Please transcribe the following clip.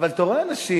אבל אתה רואה אנשים